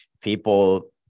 people